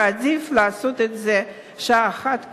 ועדיף לעשות את זה שעה אחת קודם.